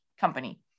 company